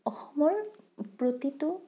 অসমৰ প্ৰতিটো